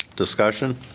discussion